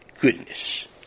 goodness